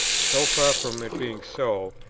so far from it being so,